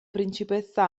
principessa